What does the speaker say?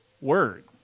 Word